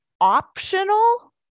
optional